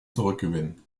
zurückgewinnen